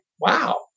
wow